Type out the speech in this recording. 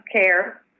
care